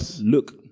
Look